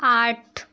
आठ